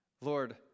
Lord